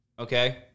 Okay